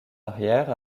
arrière